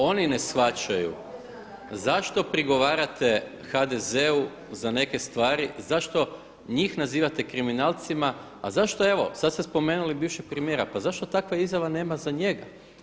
Oni ne shvaćaju zašto prigovarate HDZ-u za neke stvari, zašto njih nazivate kriminalcima a zašto evo sad ste spomenuli bivšeg premijera pa zašto takva izjava nema za njega?